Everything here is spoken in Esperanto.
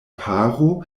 paro